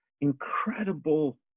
incredible